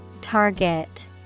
Target